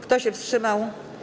Kto się wstrzymał?